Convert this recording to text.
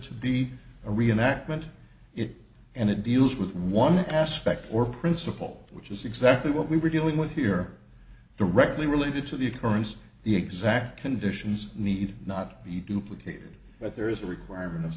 to be a reenactment it and it deals with one aspect or principle which is exactly what we were dealing with here directly related to the occurrence of the exact conditions need not be duplicated but there is a requirement of